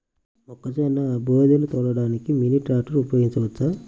మొక్కజొన్న బోదెలు తోలడానికి మినీ ట్రాక్టర్ ఉపయోగించవచ్చా?